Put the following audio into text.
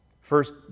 First